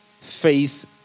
faith